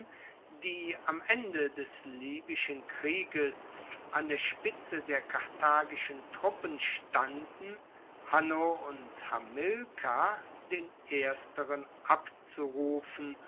die am ende des libyschen krieges an der spitze der karthagischen truppen standen hanno und hamilkar den ersteren abzurufen